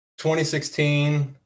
2016